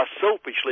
selfishly